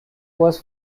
was